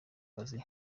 kazi